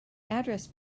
address